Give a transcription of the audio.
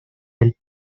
del